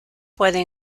pueden